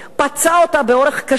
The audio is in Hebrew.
פצע אותה באורח קשה,